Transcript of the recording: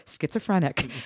schizophrenic